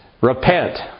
Repent